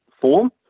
form